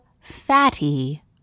Fatty